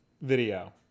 video